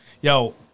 Yo